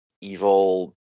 evil